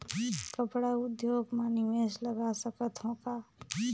कपड़ा उद्योग म निवेश लगा सकत हो का?